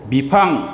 बिफां